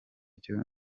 byo